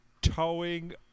towing